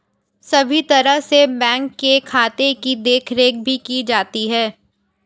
सभी तरह से बैंक के खाते की देखरेख भी की जाती है